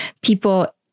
people